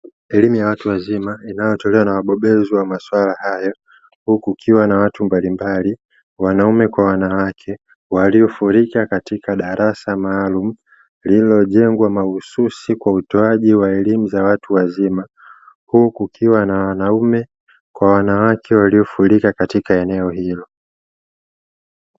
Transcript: Elimu ya watu wazima inayotolewa na wabobezi wa maswala hayo, huku kukiwa na watu mbalimbali wanaume kwa wanawake waliofurika katika darasa maalumu lililojengwa mahususi kwa utoaji wa elimu ya watu wazima, huku kukiwa na wanaume kwa wanawake waliofurika katika eneo hilo.